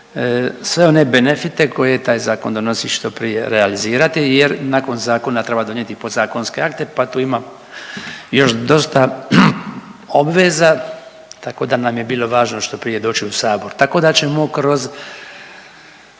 sve one benefite koje taj zakon donosi što prije realizirati jer nakon zakona treba donijeti i podzakonske akte pa tu ima još dosta obveza, tako da nam je bilo važno što prije doći u Sabor, tako da ćemo kroz